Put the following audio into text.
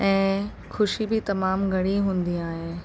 ऐं ख़ुशी बि तमामु घणी हूंदी आहे